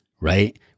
right